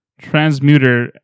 Transmuter